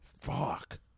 Fuck